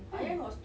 kenapa